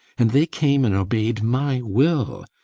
and they came and obeyed my will.